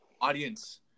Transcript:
Audience